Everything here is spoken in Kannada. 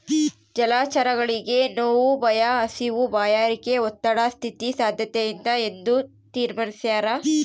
ಜಲಚರಗಳಿಗೆ ನೋವು ಭಯ ಹಸಿವು ಬಾಯಾರಿಕೆ ಒತ್ತಡ ಸ್ಥಿತಿ ಸಾದ್ಯತೆಯಿಂದ ಎಂದು ತೀರ್ಮಾನಿಸ್ಯಾರ